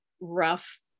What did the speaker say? rough